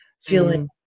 feeling